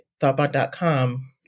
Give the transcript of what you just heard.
thoughtbot.com